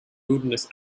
wilderness